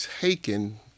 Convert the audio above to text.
taken